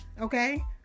Okay